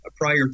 prior